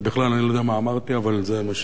ובכלל, אני לא יודע מה אמרתי, אבל זה מה,